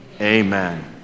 Amen